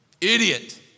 Idiot